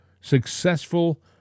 successful